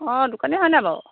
অঁ দোকানী হয় নাই বাৰু